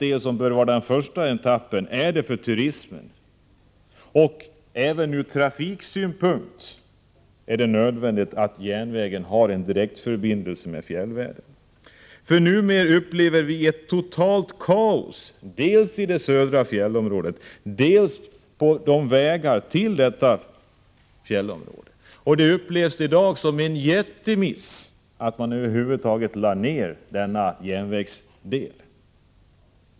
En utbyggnad till Sälen i en första etapp är bra för turismen. Även ur trafiksynpunkt är det nödvändigt att järnvägen har en direktförbindelse till fjällvärlden. Som det är nu upplever man ett totalt kaos dels i det södra fjällområdet, dels på vägarna till detta fjällområde. Det betraktas i dag som en jättemiss att man över huvud taget lade ned denna järnvägsdel.